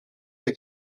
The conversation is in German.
der